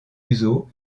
museau